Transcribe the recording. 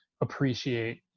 appreciate